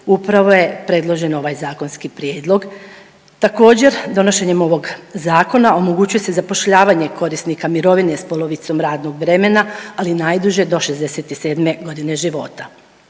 upravo je predložen ovaj zakonski prijedlog. Također donošenjem ovog zakona omogućuje se zapošljavanje korisnika mirovine s polovicom radnog vremena ali najduže do 67 godine života.